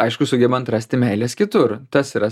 aišku sugebant rasti meilės kitur tas yra